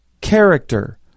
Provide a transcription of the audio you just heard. character